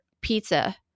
pizza